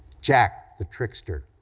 jack the trickster,